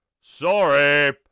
Sorry